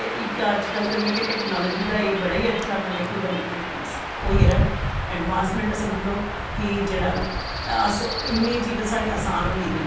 ते मतलव कि इक टैकनॉलजी दा अज्ज बड़ा गै अच्छा गै मतलव कि ओह् होई गेदा ऐड़वांसमैंट गै समझी लैओ कि जेह्ड़ा इन्नी चीज़ां साढ़ियां आसान होई गेदियां न